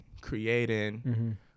creating